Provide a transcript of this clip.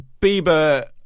Bieber